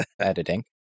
editing